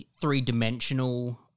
three-dimensional